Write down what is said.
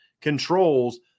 controls